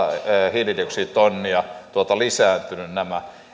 hiilidioksiditonnia lisääntynyt